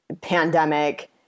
pandemic